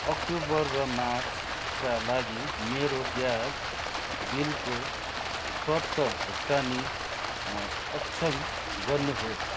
October र मार्चका लागि मेरो ग्यास बिलको स्वतः भुक्तानी अक्षम गर्नुहोस्